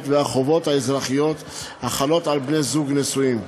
והחובות האזרחיות החלות על בני-זוג נשואים.